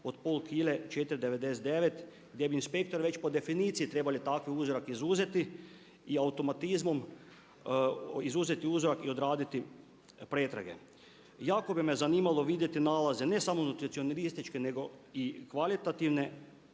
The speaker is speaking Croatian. od pola kile 4,99 gdje bi inspektor već po definiciji trebali takav uzorak izuzeti i automatizmom izuzeti uzorak i odraditi pretrage. Jako bi me zanimalo vidjeti nalaze, ne samo nutricionističke nego i kvalitativne,